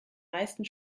meisten